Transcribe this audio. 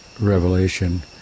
revelation